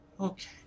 Okay